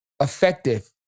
effective